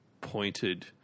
pointed